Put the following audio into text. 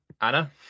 Anna